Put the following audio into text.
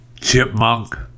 chipmunk